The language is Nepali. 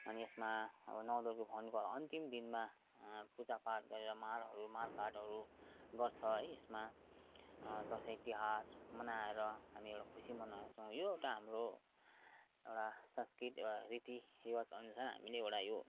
अनि यसमा नवदुर्गा भवानीको अन्तिम दिनमा पूजा पाठ गरेर मारहरू मार काटहरू गर्छ है यसमा दसैँ तिहार मनाएर हामी एउटा खुसी मनाउँछौँ यो एउटा हाम्रो एउडा संस्कृत एउटा रीति रिवाज अनुसार हामीले एउटा यो